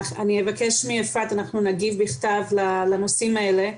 אני אבקש מאפרת ואנחנו נגיב בכתב לנושאים האלה.